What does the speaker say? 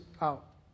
out